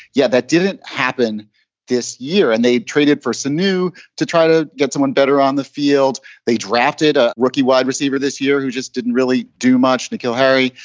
yeah, that didn't happen this year. and they traded for sanu to try to get someone better on the field. they drafted a rookie wide receiver this year who just didn't really do much nikil harry.